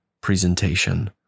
presentation